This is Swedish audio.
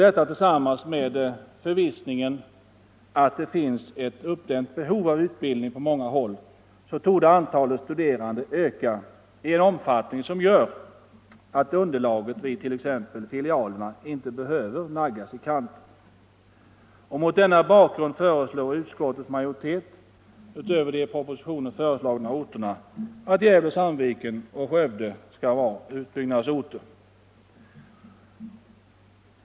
Eftersom det finns ett uppdämt behov av utbildning på många håll, torde antalet studerande öka i en omfattning, som gör att underlaget vid t.ex. filialerna inte behöver naggas i kanten. Mot denna bakgrund föreslår utskottsmajoriteten utöver i propositionen föreslagna orter att Gävle/Sandviken och Skövde skall vara utbyggnadsorter.